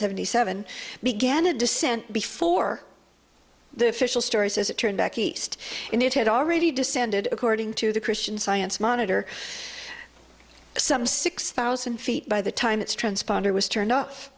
seventy seven began a descent before the official story says it turned back east and it had already descended according to the christian science monitor some six thousand feet by the time its transponder was turned off